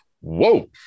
Whoa